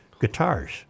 guitars